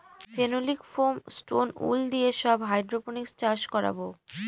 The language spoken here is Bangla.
ফেনোলিক ফোম, স্টোন উল দিয়ে সব হাইড্রোপনিক্স চাষ করাবো